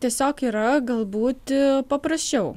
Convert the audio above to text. tiesiog yra galbūt paprasčiau